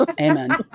Amen